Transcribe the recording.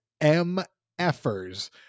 MFers